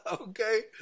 okay